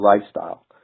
lifestyle